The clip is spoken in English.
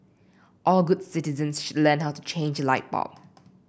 all good citizens should learn how to change a light bulb